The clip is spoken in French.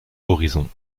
horizon